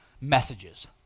messages